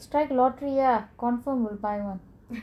strike lottery ya confirm will buy [one]